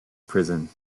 prison